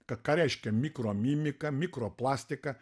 ką ką reiškia mikromimika mikroplastika